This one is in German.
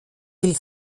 will